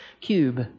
cube